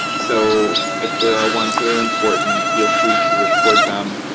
so if there are ones that are important, feel free to record them.